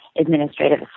administrative